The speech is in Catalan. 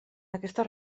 aquestes